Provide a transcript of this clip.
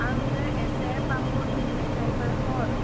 आंनो एसे पापननि मेथायफोर हर